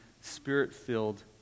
spirit-filled